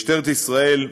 משטרת ישראל,